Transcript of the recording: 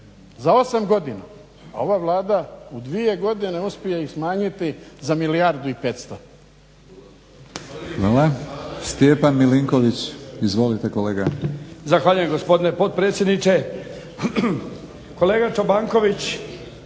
za osam godina. A ova Vlada u dvije godine uspije ih smanjiti za milijardu i petsto.